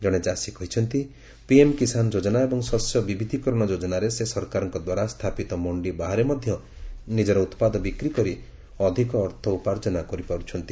କଣେ ଚାଷୀ କହିଛନ୍ତି ପିଏମ୍ କିଷାନ ଯୋଜନା ଏବଂ ଶସ୍ୟ ବିବିଧିକରଣ ଯୋଜନାରେ ସେ ସରକାରଙ୍କ ଦ୍ୱାରା ସ୍ଥାପିତ ମଣ୍ଡି ବାହାରେ ମଧ୍ୟ ନିଜର ଉତ୍ପାଦ ବିକ୍ରି କରି ଅଧିକ ଅର୍ଥ ଉପାର୍ଜନ କରିପାର୍ ଛନ୍ତି